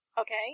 Okay